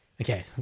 Okay